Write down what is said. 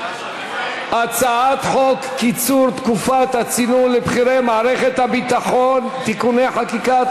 הצעת חוק קיצור תקופת הצינון לבכירי מערכת הביטחון (תיקוני חקיקה),